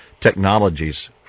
technologies